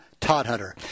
Toddhunter